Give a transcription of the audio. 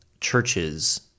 churches